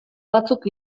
batzuk